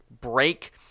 break